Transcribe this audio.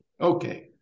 Okay